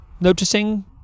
noticing